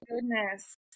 goodness